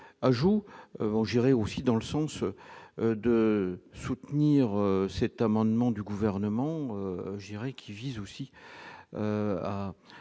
ajout, bon j'irai aussi dans le sens de soutenir cet amendement du gouvernement, je dirais qu'il vise aussi à